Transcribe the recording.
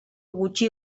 gutxi